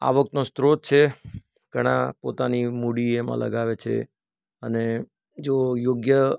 આવકનો સ્ત્રોત છે ઘણા પોતાની મૂડી એમાં લગાવે છે અને જો યોગ્ય